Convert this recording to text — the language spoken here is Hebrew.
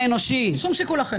שום שיקול אחר.